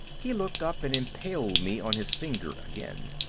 he looked up and impaled me on his finger again.